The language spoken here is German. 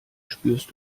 spürst